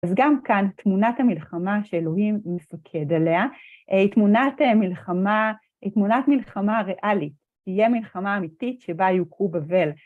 אז גם כאן תמונת המלחמה שאלוהים מפקד עליה היא תמונת מלחמה ריאלית, תהיה מלחמה אמיתית שבה יוכו בבל.